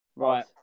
Right